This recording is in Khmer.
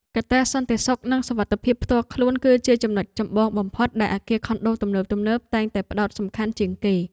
កត្តាសន្តិសុខនិងសុវត្ថិភាពផ្ទាល់ខ្លួន គឺជាចំណុចចម្បងបំផុតដែលអគារខុនដូទំនើបៗតែងតែផ្តោតសំខាន់ជាងគេ។